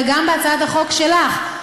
וגם בהצעת החוק שלך,